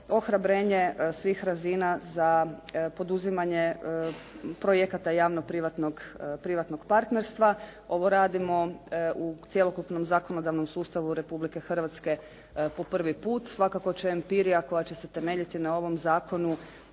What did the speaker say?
Ohrabrenje svih razina za poduzimanje projekata javno-privatnog, privatnog partnerstva. Ovo radimo u cjelokupnom zakonodavnom sustavu Republike Hrvatske po prvi put. Svakako će empirija koja će se temeljiti na ovom zakonu